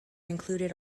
included